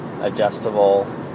adjustable